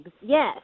Yes